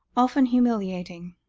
often humiliating.